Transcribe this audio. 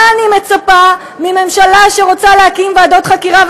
מה אני מצפה מממשלה שרוצה להקים ועדות חקירה,